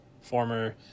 former